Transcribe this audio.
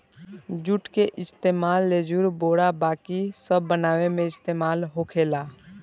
जुट के इस्तेमाल लेजुर, बोरा बाकी सब बनावे मे इस्तेमाल होखेला